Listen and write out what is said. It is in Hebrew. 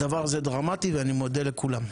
הדבר הזה דרמטי ואני מודה לכולם.